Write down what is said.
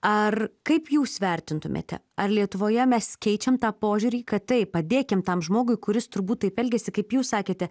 ar kaip jūs vertintumėte ar lietuvoje mes keičiam tą požiūrį kad taip padėkim tam žmogui kuris turbūt taip elgiasi kaip jūs sakėte